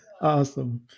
Awesome